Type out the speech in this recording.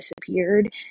disappeared